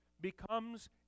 becomes